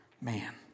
Man